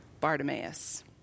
Bartimaeus